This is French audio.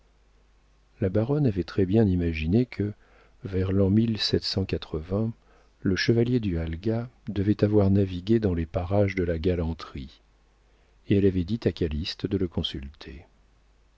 la baronne avait très-bien imaginé que vers l'an le chevalier du halga devait avoir navigué dans les parages de la galanterie et elle avait dit à calyste de le consulter